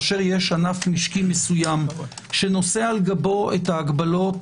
יש ענף משקעי מסוים שנושא על גבו את ההגבלות